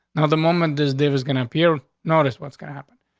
now, the moment this dave is gonna appear, notice what's gonna happen.